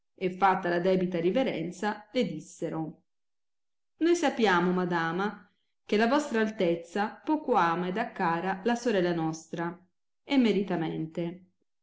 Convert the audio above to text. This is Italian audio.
e fatta la debita riverenza le dissero noi sapiamo madama che la vostra altezza poco ama ed ha cara la sorella nostra e meritamente